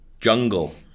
Jungle